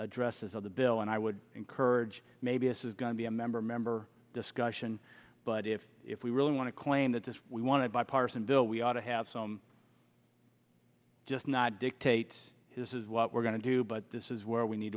addresses on the bill and i would encourage maybe a says going to be a member member discussion but if if we really want to claim that this we want to bipartisan bill we ought to have some just not dictates this is what we're going to do but this is where we need